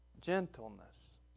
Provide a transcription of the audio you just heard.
gentleness